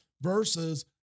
versus